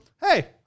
Hey